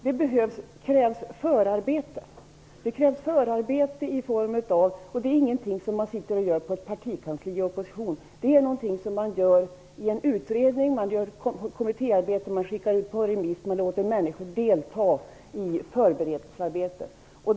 Det krävs förarbete - och det är ingenting som man, när man befinner sig i opposition, utför på ett partikansli - och det sker i utredningar och kommittér, där det utarbetas förslag som skickas ut på remiss.